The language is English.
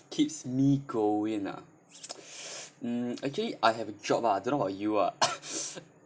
keeps me going ah mm actually I have a job ah don't know about you ah